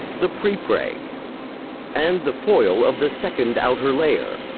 the prepreg and the foil of the second outer layer.